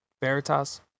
Veritas